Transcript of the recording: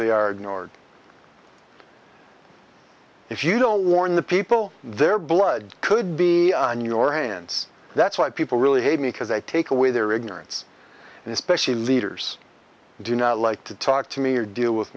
they are ignored if you don't warn the people their blood could be on your hands that's why people really hate me because they take away their ignorance and especially leaders do not like to talk to me or deal with